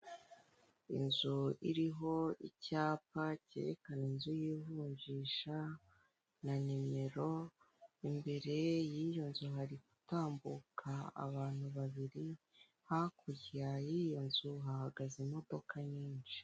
Inzu iriho icyapa cyerekana inzu y'ivunjisha na nimero, imbere y'iyo nzu hari gutambuka abantu babiri, hakurya y'iyo nzu hahagaze imodoka nyinshi.